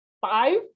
five